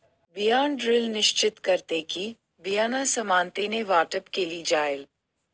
बियाण ड्रिल निश्चित करते कि, बियाणं समानतेने वाटप केलं जाईल